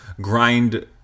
grind